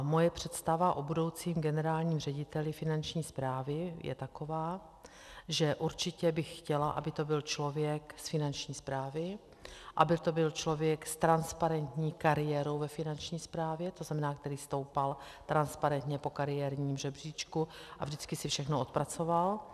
Moje představa o budoucím generálním řediteli Finanční správy je taková, že určitě bych chtěla, aby to byl člověk z Finanční správy, aby to byl člověk s transparentní kariérou ve Finanční správě, to znamená, který stoupal transparentně po kariérním žebříčku a vždycky si všechno odpracoval.